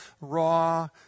raw